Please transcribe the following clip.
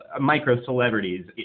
micro-celebrities